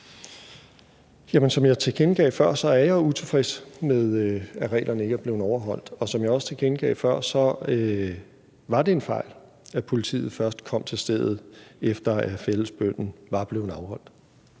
som jeg tilkendegav før, er jeg utilfreds med, at reglerne ikke er blevet overholdt. Og som jeg også tilkendegav før, var det en fejl, at politiet først kom til stedet, efter at fællesbønnen var blevet afholdt